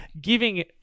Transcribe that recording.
giving